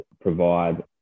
provide